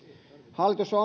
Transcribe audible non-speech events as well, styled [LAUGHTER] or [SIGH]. hallitus on [UNINTELLIGIBLE]